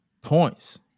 points